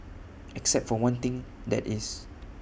except for one thing that is